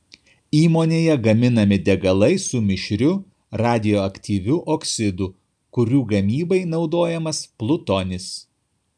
įmonėje gaminami degalai su mišriu radioaktyviu oksidu kurių gamybai naudojamas plutonis